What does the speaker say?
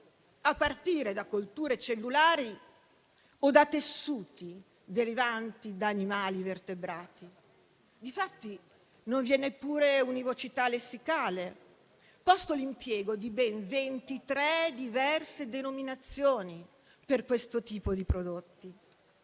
a partire da colture cellulari o da tessuti derivanti da animali vertebrati. Difatti, non vi è neppure univocità lessicale, posto l'impiego di ben 23 diverse denominazioni per questo tipo di prodotti,